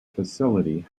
facility